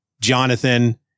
Jonathan